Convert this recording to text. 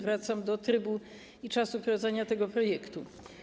Wracam do trybu i czasu wprowadzania tego projektu.